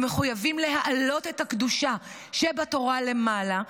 הם מחויבים להעלות את הקדושה שבתורה למעלה,